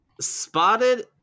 spotted